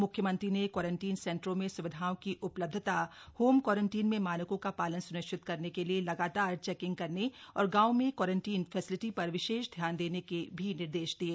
मुख्यमंत्री ने क्वारंटीन सेंटरों में स्विधाओं की उपलब्धता होम क्वारंटीन में मानकों का पालन सुनिश्चित करने के लिए लगातार चेकिंग करने और गांवों में क्वारंटीन फैसिलिटी पर विशेष ध्यान देने के निर्देश भी दिये